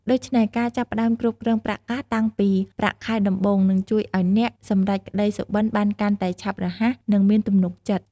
ដូច្នេះ ការចាប់ផ្ដើមគ្រប់គ្រងប្រាក់កាសតាំងពីប្រាក់ខែដំបូង នឹងជួយឲ្យអ្នកសម្រេចក្ដីសុបិនបានកាន់តែឆាប់រហ័ស និងមានទំនុកចិត្ត។